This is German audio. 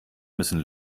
müssen